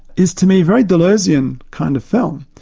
is to me a very deleuzean kind of film,